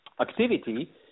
activity